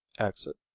exit.